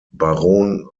baron